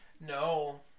No